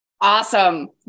awesome